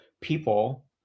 People